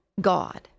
God